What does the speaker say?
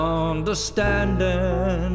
understanding